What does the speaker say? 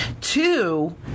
Two